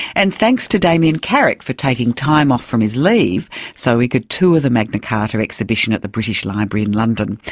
and thanks to damian carrick for taking time off from his leave so he could tour the magna carta exhibition at the british library in london.